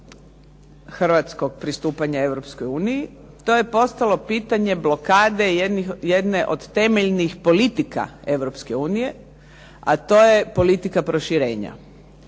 hrvatskog pristupanja Europskoj uniji, to je postalo pitanje blokade jedne od temeljnih politika Europske unije a to je politika proširenja.